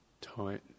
tight